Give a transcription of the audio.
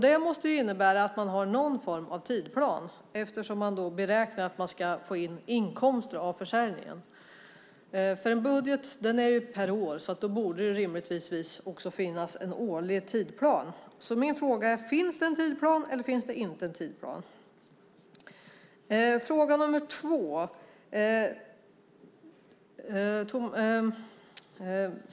Det måste innebära att man har någon form av tidsplan eftersom man beräknar att få in inkomster av försäljningen. En budget är per år. Därför borde det rimligtvis också finnas en årlig tidsplan. Min första fråga är: Finns det en tidsplan, eller finns det inte en tidsplan?